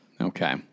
Okay